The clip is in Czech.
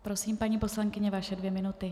Prosím, paní poslankyně, vaše dvě minuty.